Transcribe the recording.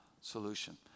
solution